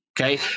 okay